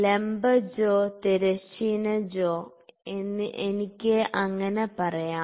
ലംബ ജോ തിരശ്ചീന ജോ എനിക്ക് അങ്ങനെ പറയാം